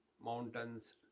mountains